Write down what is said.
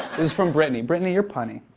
is from brittany. brittany, you're punny.